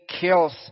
kills